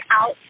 out